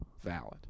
valid